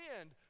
end